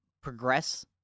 Progress